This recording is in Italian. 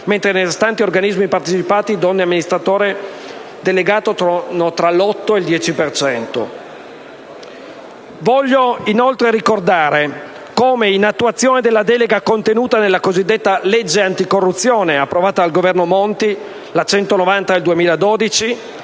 mentre nei restanti organismi partecipati le donne amministratore delegato sono tra l'8 e il 10 per cento. Voglio inoltre ricordare che, in attuazione della delega contenuta nella cosiddetta legge anticorruzione approvata dal Governo Monti (legge n. 190 del 2012),